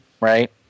right